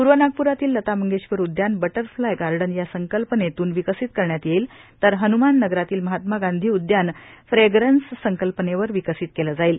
पूर्व नागपुरातील लता मंगेशकर उद्यान बटरफ्लाय गाईन या संकल्पनेतून विकसित करण्यात येईल तर हनुमान नगरातील महात्मा गांधी उद्यान फ्रेग्रव्स संकल्पनेवर विकसित केलं जाईल